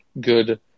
good